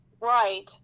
Right